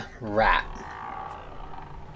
Rat